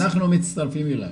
אנחנו מצטרפים אלייך.